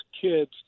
kids